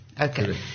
Okay